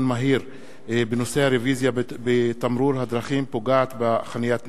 מהירים בנושאים: הרוויזיה בתמרורי הדרכים פוגעת בחניית נכים,